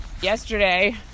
Yesterday